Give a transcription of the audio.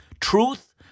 truth